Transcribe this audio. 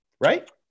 Right